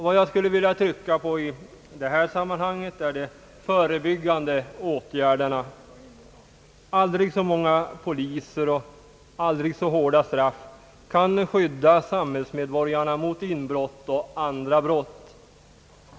Vad jag skulle vilja trycka på i detta sammanhang är de förebyggande åtgärderna. Aldrig så många poliser och aldrig så hårda straff förmår inte skydda medborgarna mot inbrott och andra brott.